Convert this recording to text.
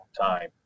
time